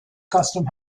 custom